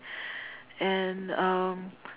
and um